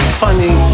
funny